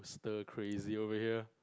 the crazy over here